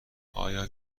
آیا